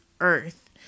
Earth